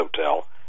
hotel